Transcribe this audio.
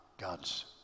God's